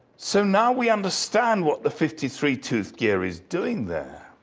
so now we understand what the fifty three tooth gear is doing there.